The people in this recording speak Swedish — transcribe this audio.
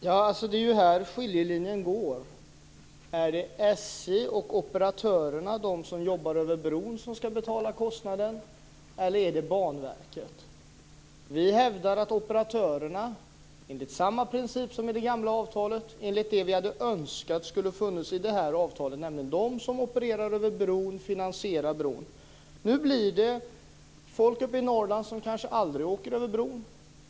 Fru talman! Det är här skiljelinjen går. Är det SJ och operatörerna, de som jobbar över bron, som ska betala kostnaden eller är det Banverket? Vi hävdar att det ska vara operatörerna, enligt samma princip som i det gamla avtalet och enligt det som vi hade önskat skulle funnits i detta avtal, dvs. de som opererar över bron ska betala. Nu blir det människor uppe i Norrland som kanske aldrig åker över bron som får betala.